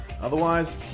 Otherwise